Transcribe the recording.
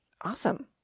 Awesome